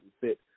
fit